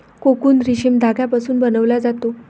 cocoon रेशीम धाग्यापासून बनवला जातो